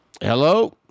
hello